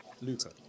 Luca